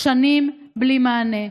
שנים, בלי מענה.